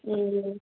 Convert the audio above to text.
சொல்லுங்கள்